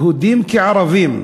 יהודים כערבים,